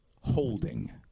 holding